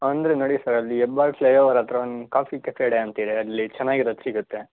ಅಂದರೆ ನೋಡಿ sir Hebbal flyover ಹತ್ತಿರ ಒಂದು ಕಾಫಿ ಕೆಫೆ ಡೇ ಅಂತಿದೆ ಅಲ್ಲಿ ಚೆನ್ನಾಗಿರೋದು ಸಿಗುತ್ತೆ